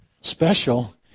special